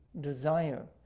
desire